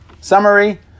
summary